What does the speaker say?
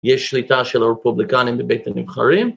יש שליטה של הרפובליקנים בבית הנבחרים.